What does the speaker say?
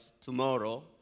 tomorrow